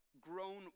grown